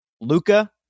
Luca